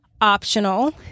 optional